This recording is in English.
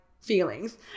feelings